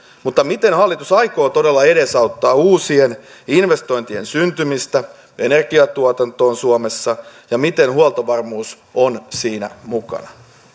mutta miten hallitus aikoo todella edesauttaa uusien investointien syntymistä energiatuotantoon suomessa ja miten huoltovarmuus on siinä mukana